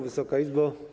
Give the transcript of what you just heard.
Wysoka Izbo!